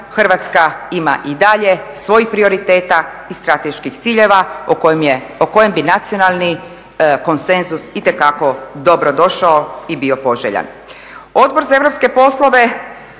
Hrvatska ima i dalje svojih prioriteta i strateških ciljeva o kojem bi nacionalni konsenzus itekako dobro došao i bio poželjan. Odbor za europske poslove